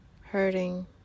hurting